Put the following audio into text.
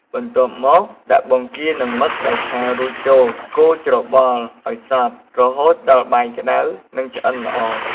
បន្ទាប់មក ដាក់បង្គានិងមឹកដែលឆារួចចូល កូរច្របល់ឱ្យសព្វ រហូតដល់បាយក្តៅ និងឆ្អិនល្អ។